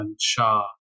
Shah